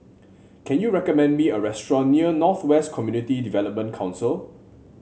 can you recommend me a restaurant near North West Community Development Council